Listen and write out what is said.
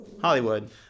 Hollywood